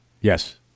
Yes